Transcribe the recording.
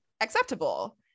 acceptable